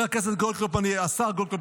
השר גולדקנופ,